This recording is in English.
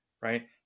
Right